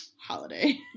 holiday